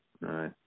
right